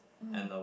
mm